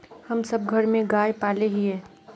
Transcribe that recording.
हम सब घर में गाय पाले हिये?